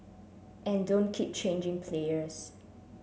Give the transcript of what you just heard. and don't keep changing players